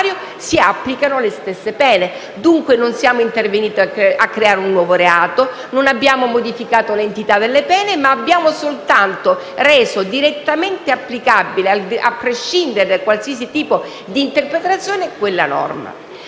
si applicano le stesse pene. Dunque, non siamo intervenuti a creare un nuovo reato, non abbiamo modificato l'entità delle pene, ma abbiamo soltanto reso quella norma direttamente applicabile, a prescindere da qualsiasi tipo di interpretazione. C'è allora